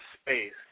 space